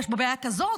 יש בו בעיה כזאת,